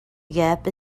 gap